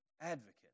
Advocate